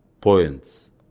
points